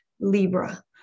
Libra